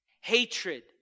hatred